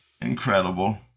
incredible